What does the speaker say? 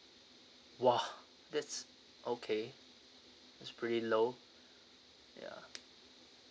!wah! that's okay it's pretty below ya